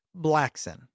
Blackson